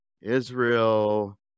Israel